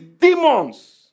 demons